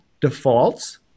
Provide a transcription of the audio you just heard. defaults